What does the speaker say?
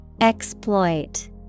Exploit